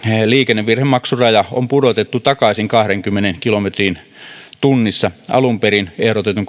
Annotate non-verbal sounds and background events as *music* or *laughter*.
liikennevirhemaksuraja on pudotettu takaisin kahteenkymmeneen kilometriin tunnissa alun perin ehdotetun *unintelligible*